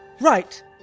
Right